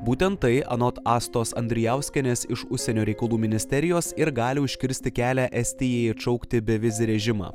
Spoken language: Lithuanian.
būtent tai anot astos andrijauskienės iš užsienio reikalų ministerijos ir gali užkirsti kelią estijai atšaukti bevizį režimą